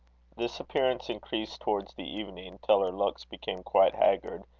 this appearance increased towards the evening, till her looks became quite haggard,